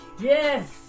Yes